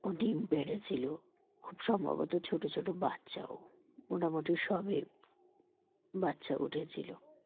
ও ডিম পেড়েছিলো খুব সম্ভবত ছোটো ছোটো বাচ্চাও মোটামুটি সবেই বাচ্চা উঠেছিলো